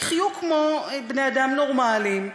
תחיו כמו בני-אדם נורמליים,